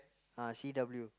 ah C_W